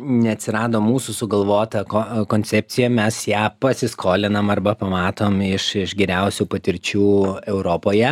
neatsirado mūsų sugalvota ko koncepcija mes ją pasiskolinam arba pamatom iš geriausių patirčių europoje